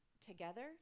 together